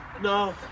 No